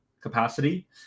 capacity